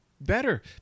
better